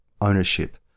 ownership